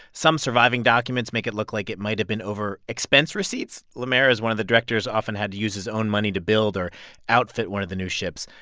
some surviving documents make it look like it might have been over expense receipts. le maire, as one of the directors, often had to use his own money to build or outfit one of the new ships.